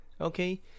Okay